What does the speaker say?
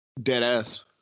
Deadass